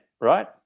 right